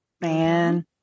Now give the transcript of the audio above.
man